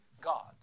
God